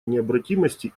необратимости